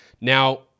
Now